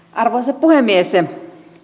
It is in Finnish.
arvoisa puhemies